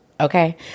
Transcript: Okay